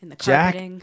Jack